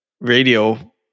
radio